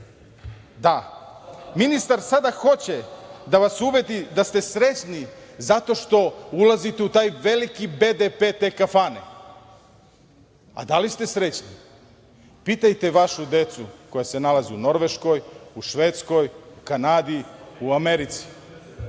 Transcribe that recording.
čaše. Ministar sada hoće da vas ubedi da ste srećni zato što ulazite u taj veliki BDP te kafane. A da li ste srećni? Pitajte vašu decu koja se nalaze u Norveškoj, u Švedskoj, u Kanadi, u Americi. Mislim